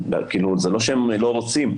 זה לא שהם לא רוצים,